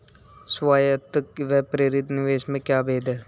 स्वायत्त व प्रेरित निवेश में क्या भेद है?